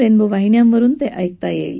rainbow वाहिन्यांवरून ते ऐकता येईल